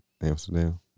Amsterdam